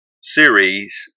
series